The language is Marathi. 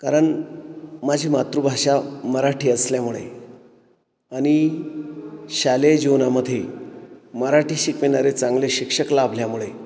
कारण माझी मातृभाषा मराठी असल्यामुळे आणि शालेय जीवनामध्ये मराठी शिकविणारे चांगले शिक्षक लाभल्यामुळे